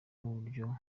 n’uburyo